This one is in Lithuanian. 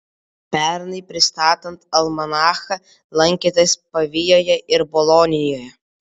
pernai pristatant almanachą lankėtės pavijoje ir bolonijoje